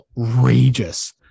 outrageous